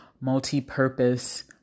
multi-purpose